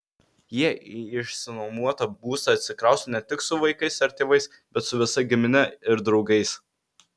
jie į išsinuomotą būstą atsikrausto ne tik su vaikais ar tėvais bet su visa gimine ir draugais